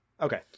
Okay